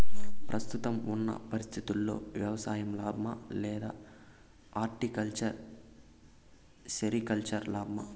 ప్రస్తుతం ఉన్న పరిస్థితుల్లో వ్యవసాయం లాభమా? లేదా హార్టికల్చర్, సెరికల్చర్ లాభమా?